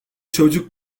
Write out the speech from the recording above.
çocuk